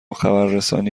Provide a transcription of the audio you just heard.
خبررسانی